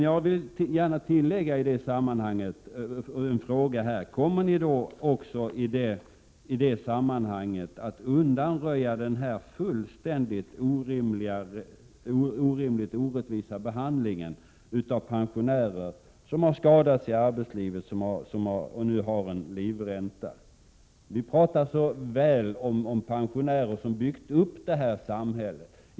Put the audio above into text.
Jag vill i detta sammanhang ställa ytterligare en fråga: Kommer ni att undanröja denna fullständigt orimligt orättvisa behandling av pensionärer som har skadats i arbetslivet och som i dag uppbär en livränta? Ni talar så väl om pensionärerna, som har byggt upp detta samhälle.